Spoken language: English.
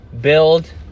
build